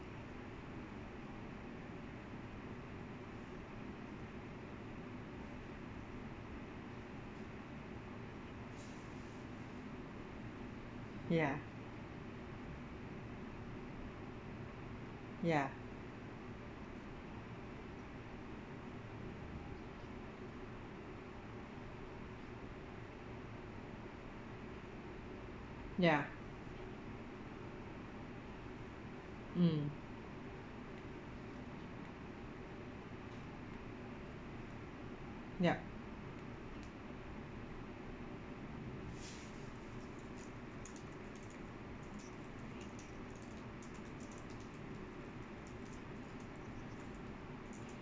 ya ya ya mm yup